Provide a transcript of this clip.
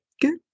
good